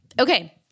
Okay